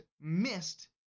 missed